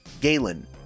Galen